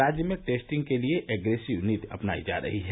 राज्य में टेस्टिंग के लिये एग्रेसिव नीति अपनाई जा रही है